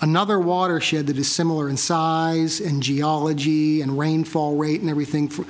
another watershed that is similar in size and geology and rainfall rate and everything f